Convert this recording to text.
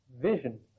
vision